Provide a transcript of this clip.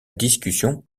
discussion